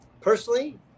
Personally